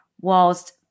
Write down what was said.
whilst